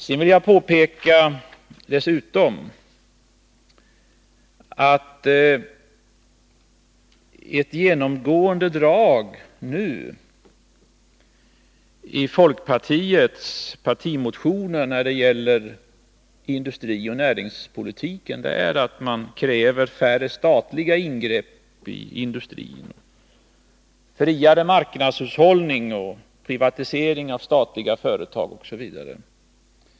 Jag vill dessutom påpeka att ett genomgående drag i folkpartiets partimotioner när det gäller industrioch näringspolitiken nu är att man kräver färre statliga ingrepp i industrin, friare marknadshushållning, privatisering av statliga företag, osv.